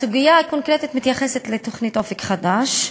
הסוגיה הקונקרטית מתייחסת לתוכנית "אופק חדש".